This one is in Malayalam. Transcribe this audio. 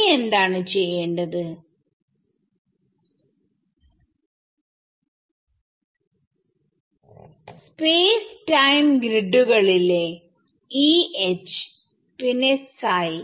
ഇനി എന്താണ് ചെയ്യേണ്ടത് സ്പേസ് ടൈം ഗ്രിഡുകളിലെ E H പിന്നെ പ്സൈ